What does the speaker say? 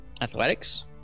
athletics